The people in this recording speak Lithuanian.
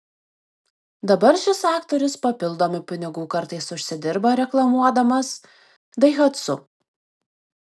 dabar šis aktorius papildomų pinigų kartais užsidirba reklamuodamas daihatsu